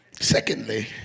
Secondly